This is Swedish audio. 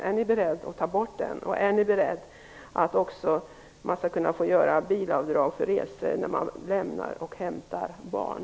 Är ni beredda att ta bort den? Är ni beredda att också tillåta bilavdrag för resor i samband med att man lämnar och hämtar barn?